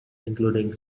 including